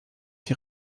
die